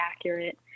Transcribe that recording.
accurate